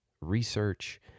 research